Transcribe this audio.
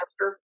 master